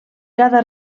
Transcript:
cada